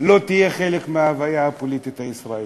לא תהיה חלק מההוויה הפוליטית הישראלית.